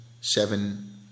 seven